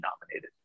nominated